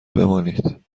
بمانید